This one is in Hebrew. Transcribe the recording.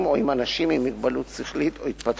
או עם אנשים עם מוגבלות שכלית או התפתחותית.